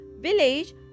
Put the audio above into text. village